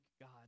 God